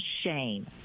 shame